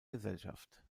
gesellschaft